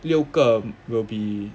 六个 will be